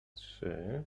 trzy